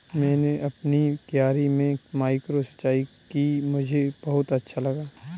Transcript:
मैंने अपनी क्यारी में माइक्रो सिंचाई की मुझे बहुत अच्छा लगा